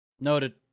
Noted